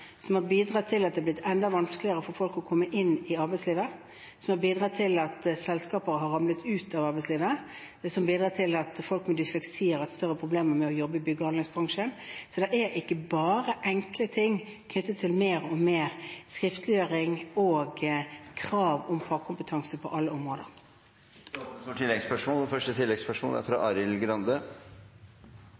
som har bidratt til at det har blitt enda vanskeligere for folk å komme inn i arbeidslivet, som har bidratt til at selskaper har ramlet ut av arbeidslivet, og som har bidratt til at folk med dysleksi har hatt større problemer med å jobbe i bygg- og anleggsbransjen. Det er ikke bare enkle ting knyttet til mer og mer skriftliggjøring og krav om fagkompetanse på alle områder. Arild Grande – til oppfølgingsspørsmål. Eksemplet som var oppe i Hadia Tajiks spørsmål er